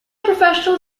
professional